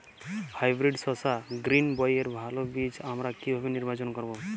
Hybrid শসা গ্রীনবইয়ের ভালো বীজ আমরা কিভাবে নির্বাচন করব?